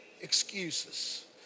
excuses